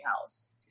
house